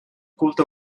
culte